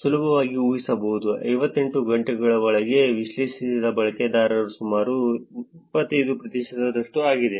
ಸುಲಭವಾಗಿ ಊಹಿಸಬಹುದು 58 ಗಂಟೆಗಳ ಒಳಗೆ ವಿಶ್ಲೇಷಿಸಿದ ಬಳಕೆದಾರರಲ್ಲಿ ಸುಮಾರು 75 ಪ್ರತಿಶತದಷ್ಟು ಆಗಿದೆ